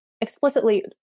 explicitly